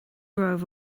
romhaibh